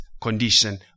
condition